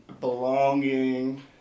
belonging